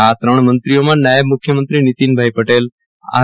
આ ત્રણ મંત્રીઓમાં નાયબ મખ્યમંત્રી નિતિનભાઈ પટેલ આર